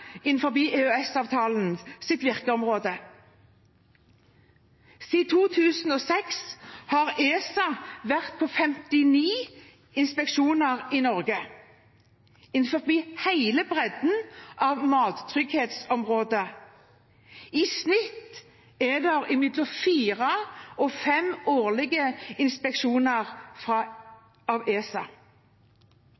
virkeområde. Siden 2006 har ESA vært på 59 inspeksjoner i Norge, innenfor hele bredden av mattrygghetsområdet. I snitt er det mellom fire og fem årlige inspeksjoner fra